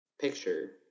picture